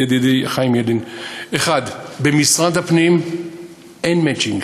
ידידי, חיים ילין: 1. במשרד הפנים אין מצ'ינג.